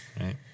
right